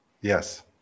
yes